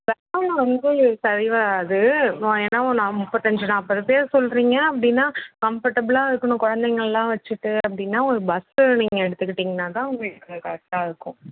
பகலில் வந்து சரி வராது ஏன்னால் முப்பத்தஞ்சு நாற்பது பேர் சொல்கிறீங்க அப்படின்னா கம்பர்டபுளாக இருக்கணும் குழந்தைங்கள்லாம் வச்சுட்டு அப்படின்னா ஒரு பஸ்ஸு நீங்கள் எடுத்துக்கிட்டிங்கன்னா தான் உங்களுக்கு கரெக்டாக இருக்கும்